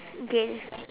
okay